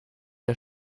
der